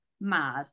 mad